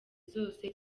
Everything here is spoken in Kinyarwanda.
zose